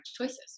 choices